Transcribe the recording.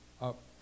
up